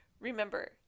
Remember